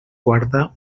guarda